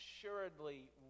assuredly